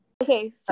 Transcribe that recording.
Okay